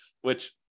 Which-